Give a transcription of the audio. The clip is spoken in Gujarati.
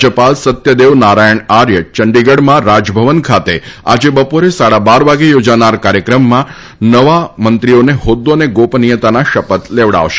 રાજ્યપાલ સત્યદેવ નારાયણ આર્ય ચંડીગઢમાં રાજભવન ખાતે આજે બપોરે સાડા બાર વાગે યોજાનાર કાર્યક્રમમાં નવા મંત્રીઓને હોદ્દો અને ગોપનીયતાના શપથ લેવડાવશે